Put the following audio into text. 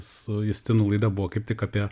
su justinu laida buvo kaip tik apie